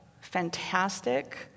fantastic